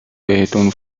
بهتون